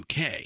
UK